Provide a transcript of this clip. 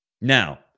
Now